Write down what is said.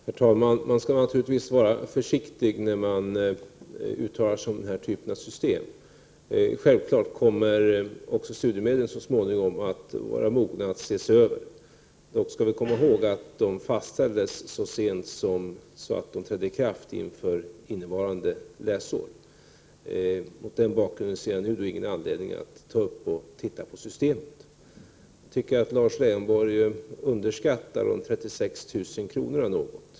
Herr talman! Man skall naturligtvis vara försiktig när man uttalar sig om 26 maj 1989 den här typen av system. Självfallet kommer också studiemedelssystemet så småningom att vara moget för en översyn. Vi skall dock komma ihåg att reglerna fastställdes nyligen och att de trädde i kraft inför innevarande läsår. Mot den bakgrunden ser jag nu ingen anledning att se över systemet. Jag tycker att Lars Leijonborg något underskattar beloppet 36 000 kr.